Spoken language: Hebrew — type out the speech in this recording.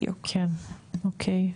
כן, אוקיי,